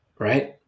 right